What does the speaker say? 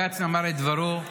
בג"ץ אמר את דברו,